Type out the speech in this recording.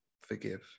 forgive